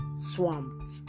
swamped